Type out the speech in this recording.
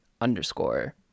underscore